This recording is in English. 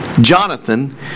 Jonathan